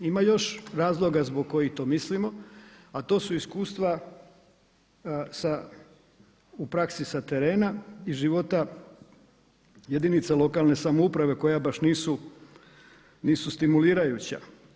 Ima još razloga zbog kojih to mislimo, a to su iskustva sa u praksi sa terena iz života jedinica lokalne samouprave koja baš nisu stimulirajuća.